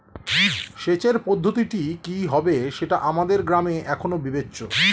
সেচের পদ্ধতিটি কি হবে সেটা আমাদের গ্রামে এখনো বিবেচ্য